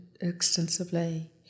extensively